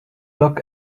look